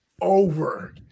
over